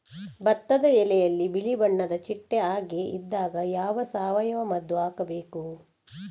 ಭತ್ತದ ಎಲೆಯಲ್ಲಿ ಬಿಳಿ ಬಣ್ಣದ ಚಿಟ್ಟೆ ಹಾಗೆ ಇದ್ದಾಗ ಯಾವ ಸಾವಯವ ಮದ್ದು ಹಾಕಬೇಕು?